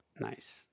Nice